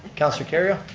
counselor kerrio.